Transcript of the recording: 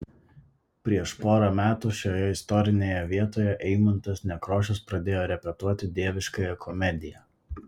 prieš porą metų šioje istorinėje vietoje eimuntas nekrošius pradėjo repetuoti dieviškąją komediją